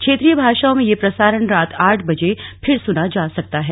क्षेत्रीय भाषाओं में यह प्रसारण रात आठ बजे फिर सुना जा सकता है